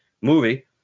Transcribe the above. movie